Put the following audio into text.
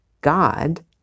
God